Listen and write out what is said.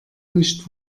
nicht